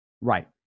Right